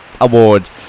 award